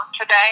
today